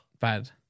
bad